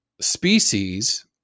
species